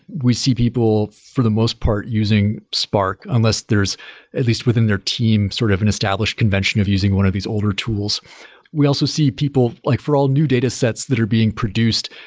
we see people for the most part using spark, unless there's at least within their team sort of an established convention of using one of these older tools we also see people, like for all new data sets that are being produced,